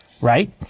right